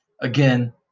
Again